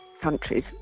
countries